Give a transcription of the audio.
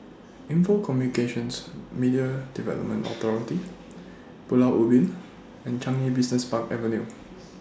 Info Communications Media Development Authority Pulau Ubin and Changi Business Park Avenue